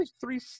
three